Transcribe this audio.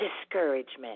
discouragement